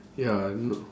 ya